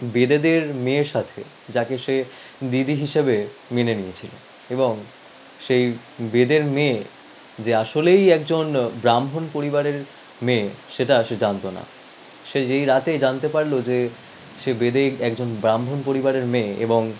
বেদেদের মেয়ের সাথে যাকে সে দিদি হিসাবে মেনে নিয়েছিলো এবং সেই বেদের মেয়ে যে আসলেই একজন ব্রাহ্মণ পরিবারের মেয়ে সেটা সে জানতো না সে যেই রাতে জানতে পারলো যে সে বেদের একজন ব্রাহ্মণ পরিবারের মেয়ে এবং